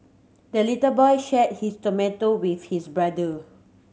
the little boy shared his tomato with his brother